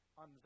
on